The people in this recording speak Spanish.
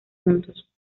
juntos